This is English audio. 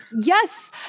yes